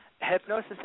Hypnosis